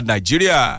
Nigeria